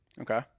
Okay